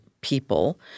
people